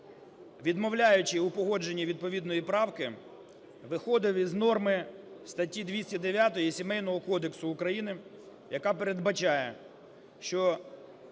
відмовляючи у погодженні відповідної правки, виходив із норми статті 209 Сімейного кодексу України, яка передбачає, що